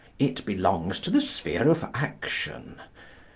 it belongs to the sphere of action.